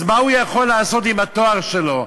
אז מה הוא יכול לעשות עם התואר שלו?